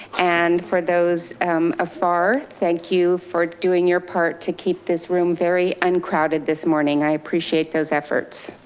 and for those and afar, thank you for doing your part to keep this room very uncrowded this morning. i appreciate those efforts.